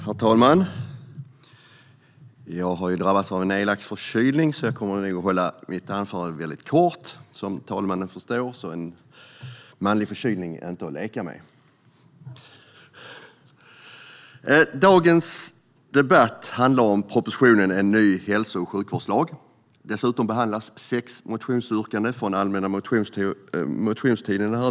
Herr talman! Jag har drabbats av en elak förkylning, så jag kommer nog att hålla mitt anförande väldigt kort. Som talmannen förstår är en manlig förkylning inte att leka med. Dagens debatt handlar om propositionen En ny hälso och sjukvårdslag . Dessutom behandlas sex motionsyrkanden från allmänna motionstiden.